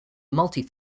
multi